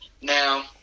Now